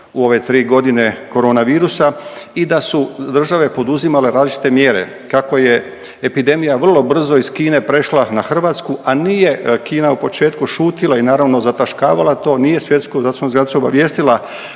u ove 3.g. koronavirusa i da su države poduzimale različite mjere. Kako je epidemija vrlo brzo iz Kine prešla na Hrvatsku, a nije Kina u početku šutila i naravno zataškavala to, nije Svjetsku zdravstvenu organizaciju obavijestila